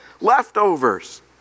Leftovers